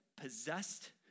possessed